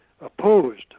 opposed